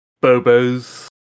Bobo's